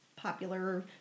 popular